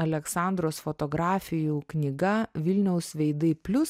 aleksandros fotografijų knyga vilniaus veidai plius